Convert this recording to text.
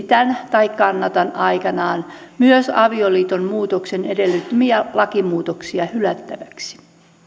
muuttamista sukupuolineutraaliksi esitän tai kannatan aikanaan myös avioliiton muutoksen edellyttämiä lakimuutoksia hylättäviksi